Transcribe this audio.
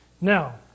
Now